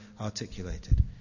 articulated